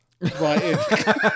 Right